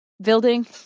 building